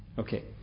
Okay